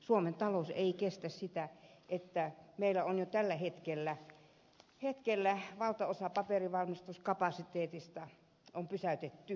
suomen talous ei kestä sitä että meillä on jo tällä hetkellä valtaosa paperinvalmistuskapasiteetista pysäytetty